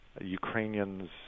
Ukrainians